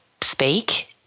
speak